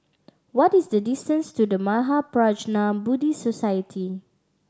what is the distance to The Mahaprajna Buddhist Society